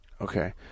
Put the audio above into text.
Okay